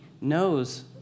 knows